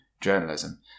journalism